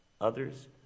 Others